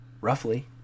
roughly